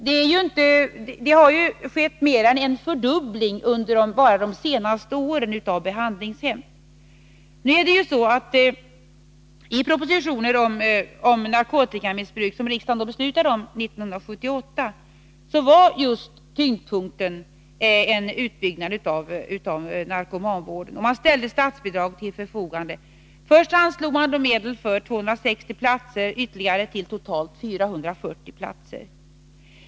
Antalet platser på behandlingshem har under de senaste åren mer än fördubblats. I propositionen om åtgärder mot narkotikamissbruk, som riksdagen fattade beslut om 1978, låg tyngdpunkten på just en utbyggnad av narkomanvården, och statsbidrag ställdes till förfogande. Först anslogs medel för 260 platser ytterligare till totalt 440 platser.